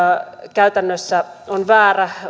käytännössä on väärä